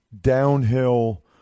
downhill